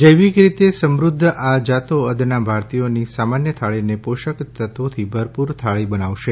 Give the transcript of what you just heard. જૈવિક રીતે સમૃદ્ધ આ જાતો અદના ભારતીયોની સામાન્ય થાળીને પોષક તત્વોથી ભરપુર થાળી બનાવશે